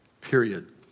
period